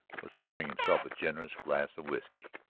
was pouring himself a generous glass of whiskey.